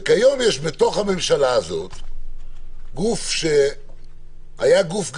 כיום יש בתוך הממשלה הזאת גוף, שהיה גוף גדול,